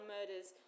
Murders